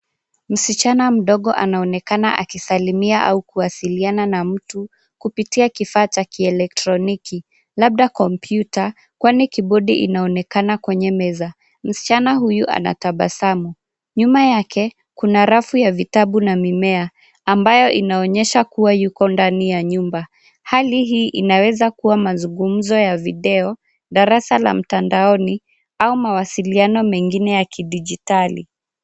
Msichana mdogo anaonekana akisalimia au kuwasiliana na mtu kupitia kifaa cha kielektroniki labda kompyuta kwani kibodi inaonekana kwenye meza. Msichana huyu anatabasamu. Nyuma yake kuna rafu ya vitabu na mimea ambayo inaonyesha kuwa yuko ndani ya nyumba. Hali hii inaweza kuwa mazungumzo ya video, darasa la mtandaoni au mawasiliano mengine ya kidijitali.